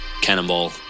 Cannonball